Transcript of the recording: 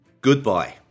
Goodbye